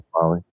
Molly